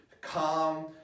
calm